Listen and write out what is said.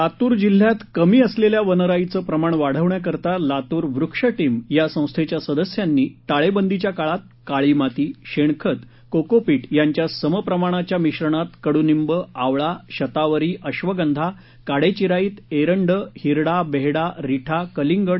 लातूर जिल्हात कमी असलेल्या वनराईचं प्रमाण वाढवण्याकरता लातूर वृक्ष टीम या संस्थेच्या सदस्यांनी टाळेबंदीच्या काळात काळी माती शेणखत कोकोपीट यांच्या समप्रमाणाच्या मिश्रणात कडुनिंब आवळा शतावरी अश्वगंधा काडेचिराईत एरंड हिरडा बेहडा रिठा कलिंगड